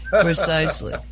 precisely